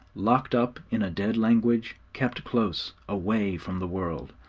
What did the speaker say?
locked up in a dead language, kept close, away from the world,